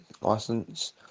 license